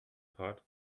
pod